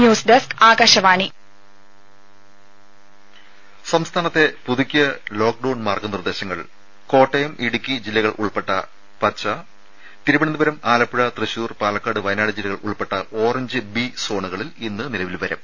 ദേദ സംസ്ഥാനത്തെ പുതുക്കിയ ലോക്ഡൌൺ മാർഗ നിർദേശങ്ങൾ കോട്ടയം ഇടുക്കി ജില്ലകൾ ഉൾപ്പെട്ട പച്ച തിരുവനന്തപുരം ആലപ്പുഴ തൃശൂർ പാലക്കാട് വയനാട് ജില്ലകൾ ഉൾപ്പെട്ട ഓറഞ്ച് ബി സോണുകളിൽ ഇന്ന് നിലവിൽ വരും